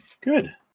Good